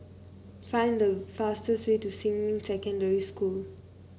find the fastest way to Xinmin Secondary School